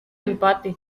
empate